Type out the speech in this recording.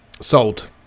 Sold